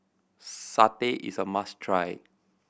satay is a must try